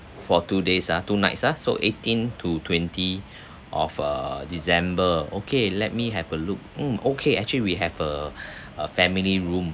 for two days ah two nights ah so eighteen to twenty of err december okay let me have a look mm okay actually we have a a family room